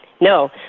no